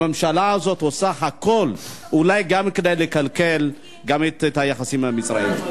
הממשלה הזאת עושה הכול אולי גם כדי לקלקל גם את היחסים עם מצרים.